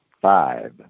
five